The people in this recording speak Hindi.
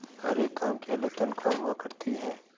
हर एक काम की अलग तन्ख्वाह हुआ करती है